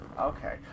Okay